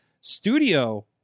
studio